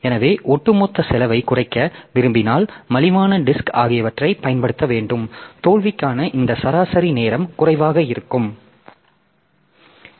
எனவே ஒட்டுமொத்த செலவைக் குறைக்க விரும்பினால் மலிவான டிஸ்க் ஆகியவற்றைப் பயன்படுத்த வேண்டும் தோல்விக்கான இந்த சராசரி நேரம் குறைவாக இருக்கும்